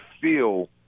feel